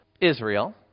Israel